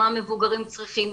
מה המבוגרים צריכים,